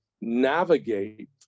navigate